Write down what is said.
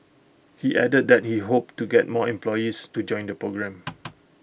he added that he hoped to get more employees to join the programme